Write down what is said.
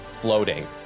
floating